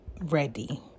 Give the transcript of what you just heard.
ready